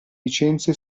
licenze